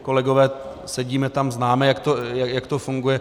Kolegové, sedíme tam, známe, jak to funguje.